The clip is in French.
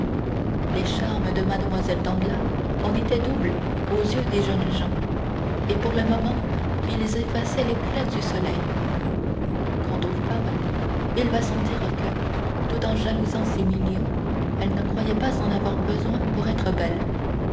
les charmes de mlle danglars en étaient doubles aux yeux des jeunes gens et pour le moment ils effaçaient l'éclat du soleil quant aux femmes il va sans dire que tout en jalousant ces millions elles ne croyaient pas en avoir besoin pour être belles